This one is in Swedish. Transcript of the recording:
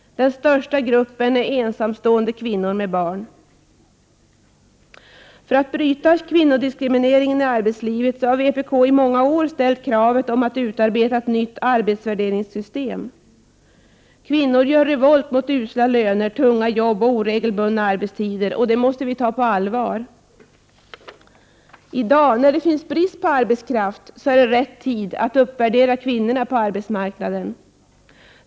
Den största gruppen är ensamstående kvinnor med barn. För att bryta kvinnodiskrimineringen i arbetslivet har vpk i många år ställt kravet att man skall utarbeta ett nytt arbetsvärderingssystem. Kvinnor gör revolt mot usla löner, tunga jobb och oregelbundna arbetstider, och det måste vi ta på allvar. I dag när det är brist på arbetskraft är tidpunkten den rätta att uppvärdera kvinnorna på arbetsmarknaden.